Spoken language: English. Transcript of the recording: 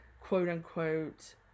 quote-unquote